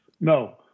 No